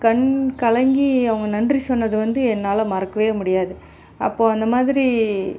கண் கலங்கி அவங்க நன்றி சொன்னது வந்து என்னால் மறக்கவே முடியாது அப்போ அந்த மாதிரி